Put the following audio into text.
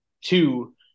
two